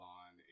on